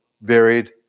varied